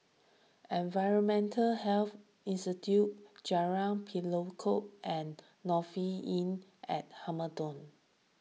Environmental Health Institute Jalan Pelatok and Lofi Inn at Hamilton